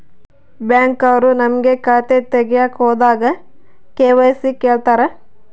Bank ಅವ್ರು ನಮ್ಗೆ ಖಾತೆ ತಗಿಯಕ್ ಹೋದಾಗ ಕೆ.ವೈ.ಸಿ ಕೇಳ್ತಾರಾ?